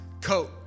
coat